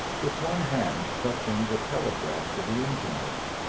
with one hand clutching the telegraph to the engine-room,